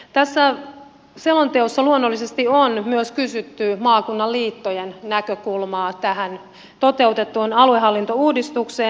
tässä selonteossa luonnollisesti on myös kysytty maakunnan liittojen näkökulmaa tähän toteutettuun aluehallintouudistukseen